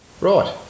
Right